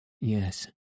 Yes